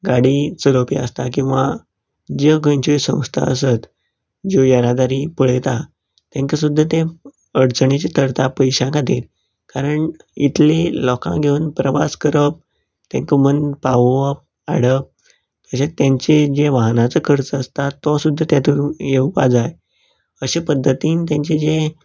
गाडी चलोवपी आसता किंवां ज्यो खंयच्यो संस्था आसात ज्यो येरादारी पळयतात तेंकां सुद्दां तें अडचणेचें थरता पयशां खातीर कारण इतली लोकांक घेवन प्रवास करप तेंकां व्हरन पावोवप हाडप हें तेंचें जें वाहनाचो खर्च आसता तो सुद्दां तेतूंत येवपाक जाय अशें पद्दतीन तेंचे जें